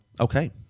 Okay